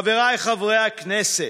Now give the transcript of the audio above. חבריי חברי הכנסת,